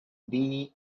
beanie